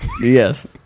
Yes